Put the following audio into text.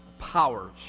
powers